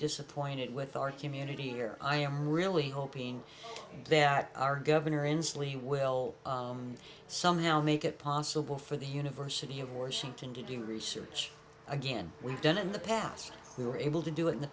disappointed with our community here i am really hoping that our governor inslee will somehow make it possible for the university of washington to do research again we've done in the past we were able to do it in the